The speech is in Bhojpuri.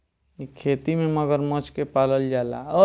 इ खेती में मगरमच्छ के पालल जाला